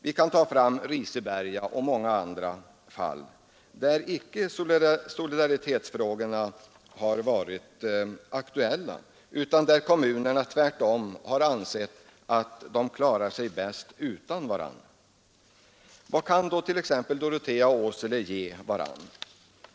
Vi kan ta Riseberga och andra fall, där solidaritetsfrågorna inte har varit aktuella utan där kommunerna tvärtom ansett att de klarar sig bäst utan varandra. Vad kan då t.ex. Dorotea och Åsele ge varandra?